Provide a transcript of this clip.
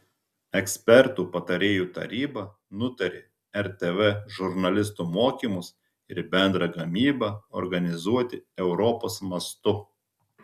ekspertų patarėjų taryba nutarė rtv žurnalistų mokymus ir bendrą gamybą organizuoti europos mastu